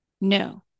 No